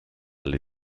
alle